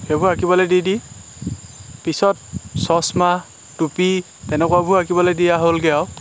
সেইবোৰ আঁকিবলৈ দি দি পিছত চচমা টুপি তেনেকুৱাবোৰ আঁকিবলৈ দিয়া হ'লগৈ আৰু